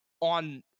on